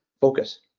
focus